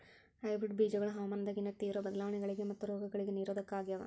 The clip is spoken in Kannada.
ಹೈಬ್ರಿಡ್ ಬೇಜಗೊಳ ಹವಾಮಾನದಾಗಿನ ತೇವ್ರ ಬದಲಾವಣೆಗಳಿಗ ಮತ್ತು ರೋಗಗಳಿಗ ನಿರೋಧಕ ಆಗ್ಯಾವ